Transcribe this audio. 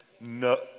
No